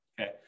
Okay